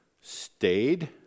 stayed